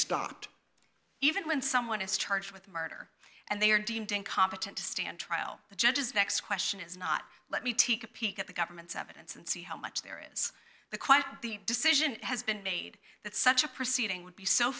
stopped even when someone is charged with murder and they are deemed incompetent to stand trial the judges next question is not let me take a peek at the government's evidence and see how much there is the quite the decision has been made that such a proceeding would be so